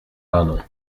rano